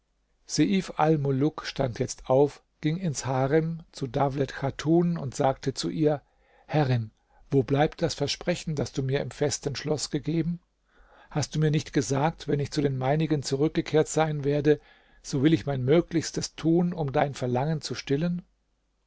stand jetzt auf ging ins harem zu dawlet chatun und sagte zu ihr herrin wo bleibt das versprechen das du mir im festen schloß gegeben hast du mir nicht gesagt wenn ich zu den meinigen zurückgekehrt sein werde so will ich mein möglichstes tun um dein verlangen zu stillen